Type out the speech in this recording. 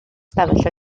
stafell